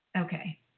Okay